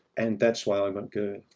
and that's why i went gerd.